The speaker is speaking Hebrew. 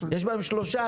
יש בהן שלושה,